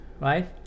right